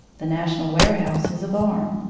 the national warehouse is a barn.